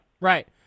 right